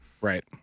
Right